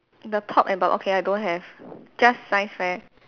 the top and bot~ okay I don't have just science fair